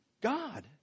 God